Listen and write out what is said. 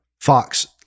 Fox